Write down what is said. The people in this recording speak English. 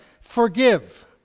forgive